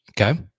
Okay